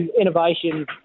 innovation